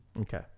okay